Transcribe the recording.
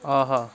آہا